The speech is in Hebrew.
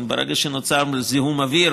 ברגע שנוצר זיהום אוויר,